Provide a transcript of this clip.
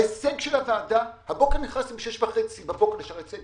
ההישג של הוועדה הבוקר נכנסתי ב-06:30 בבוקר לשערי צדק,